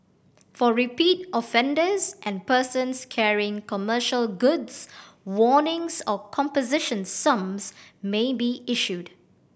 for repeat offenders and persons carrying commercial goods warnings or composition sums may be issued